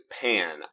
pan